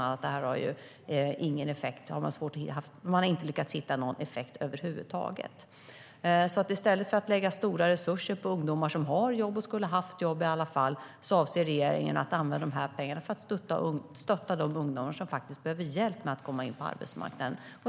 Man har inte lyckats hitta någon effekt över huvud taget.I stället för att lägga stora resurser på ungdomar som har jobb och som skulle ha haft jobb i alla fall avser regeringen att använda pengarna till att stötta de ungdomar som behöver mer hjälp att komma in på arbetsmarknaden.